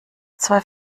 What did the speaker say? zwei